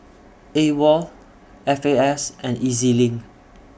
AWOL F A S and E Z LINK